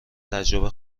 تجربه